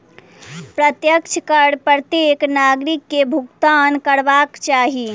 प्रत्यक्ष कर प्रत्येक नागरिक के भुगतान करबाक चाही